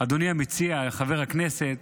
אדוני המציע, חבר הכנסת,